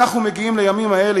אנו מגיעים לימים האלה,